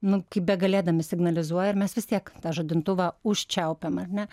nu kaip begalėdami signalizuoja ir mes vis tiek tą žadintuvą užčiaupiam ar ne